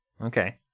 Okay